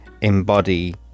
embody